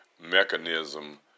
mechanism